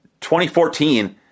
2014